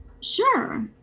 sure